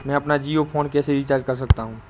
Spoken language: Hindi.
मैं अपना जियो फोन कैसे रिचार्ज कर सकता हूँ?